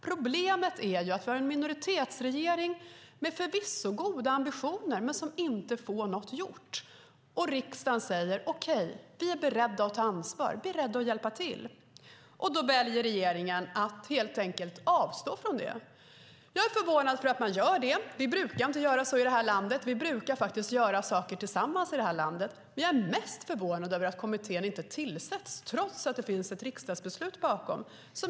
Problemet är att vi har en minoritetsregering som förvisso har goda ambitioner men att vi inte får något gjort. Riksdagen säger: Vi är beredda att ta ansvar och hjälpa till. Då väljer regeringen att helt enkelt avstå från det. Jag är förvånad över att den gör det. Vi brukar inte göra så i det här landet. Vi brukar göra saker tillsammans. Det jag är mest förvånad över är att kommittén inte tillsätts trots att det finns ett riksdagsbeslut bakom.